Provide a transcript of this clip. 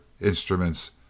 Instruments